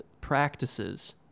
practices